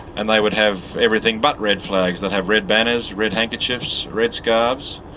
and they would have everything but red flags. they'd have red banners, red handkerchiefs, red scarves,